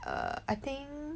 err I think